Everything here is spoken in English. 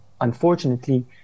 unfortunately